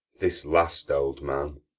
this last old man,